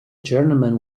journeyman